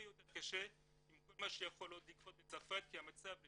יותר קשה עם כל מה שיכול עוד לקרות בצרפת כי המצב,